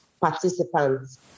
participants